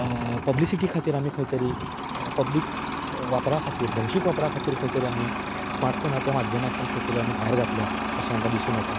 publicity खातीर आमीं खंय तरी पब्लीक वापरा खातीर भौशीक वापरा खातीर खंयतरी आमी स्मार्ट फोनाच्या माध्यमांतल्यान खंय तरी आमी भायर घातल्या अशें आमकां दिसून येता